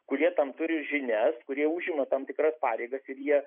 kurie tam turi žinias kurie užima tam tikras pareigas ir jie